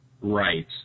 Right